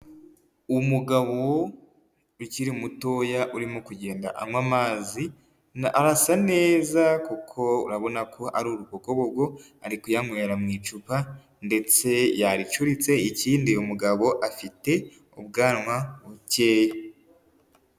Umugabo ukiri mutoya urimo kugenda anywa amazi, arasa neza kuko urabona ko ari urubobogo ari kuyanywera mu icupa ndetse yaricuritse, ikindi uyu mugabo afite ubwanwa bukeya.